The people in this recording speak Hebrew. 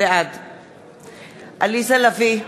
בעד עליזה לביא,